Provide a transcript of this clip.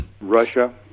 Russia